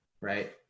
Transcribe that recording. right